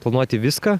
planuoti viską